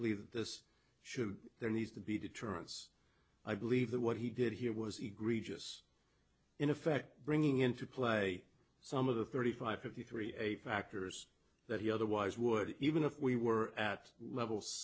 believe that this should there needs to be deterrence i believe that what he did here was egregious in effect bringing into play some of the thirty five fifty three a factors that he otherwise would even if we were at level